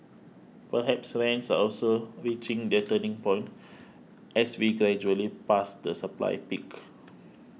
perhaps rents are also reaching their turning point as we gradually pass the supply peak